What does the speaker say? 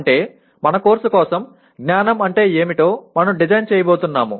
అంటే మన కోర్సు కోసం జ్ఞానం అంటే ఏమిటో మనం డిజైన్ చేయబోతున్నాం